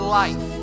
life